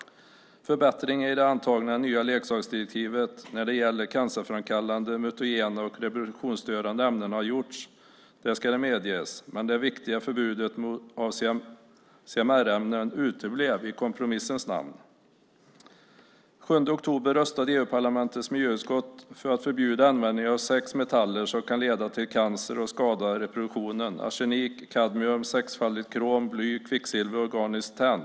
Förbättringar i det nya antagna nya leksaksdirektivet när det gäller cancerframkallande ämnen har gjorts, det ska medges, men det viktiga förbudet mot CMR-ämnen uteblev i kompromissens namn. Den 7 oktober röstade EU-parlamentets miljöutskott för att förbjuda användningen av sex metaller som kan leda till cancer och skada reproduktionen - arsenik, kadmium, sexfaldigt krom, bly, kvicksilver och organiskt tenn.